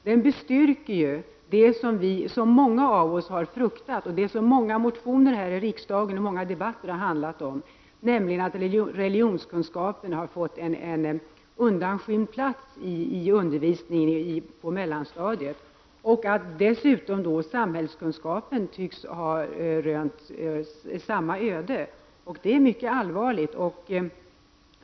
Den bestyrker det som många av oss har fruktat och som många motioner och debatter här i riksdagen har handlat om, nämligen att religionskunskapen har fått en undanskymd plats i undervisningen på mellanstadiet och dessutom att samhällskunskapen tycks ha rönt samma öde. Det är mycket allvarligt.